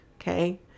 Okay